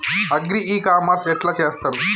Agri e commerce ఎట్ల చేస్తరు?